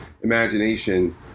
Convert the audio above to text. imagination